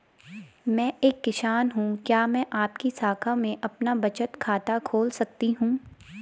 मैं एक किसान हूँ क्या मैं आपकी शाखा में अपना बचत खाता खोल सकती हूँ?